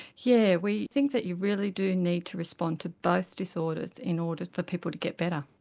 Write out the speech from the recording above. yeah, we think that you really do need to respond to both disorders in order for people to get better.